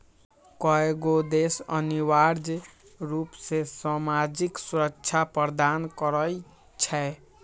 कयगो देश अनिवार्ज रूप से सामाजिक सुरक्षा प्रदान करई छै